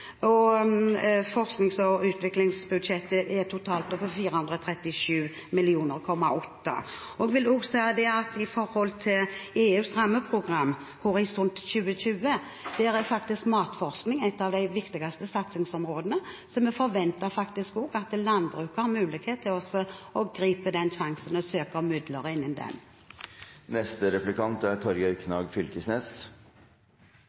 2013. Forsknings- og utviklingsbudsjettet er totalt oppe i 437,8 mill. kr. Når det gjelder EUs rammeprogram, Horisont 2020, er faktisk matforskning et av de viktigste satsingsområdene, så vi forventer at landbruket har mulighet til å gripe den sjansen til å søke om midler